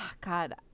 God